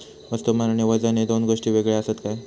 वस्तुमान आणि वजन हे दोन गोष्टी वेगळे आसत काय?